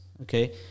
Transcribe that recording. okay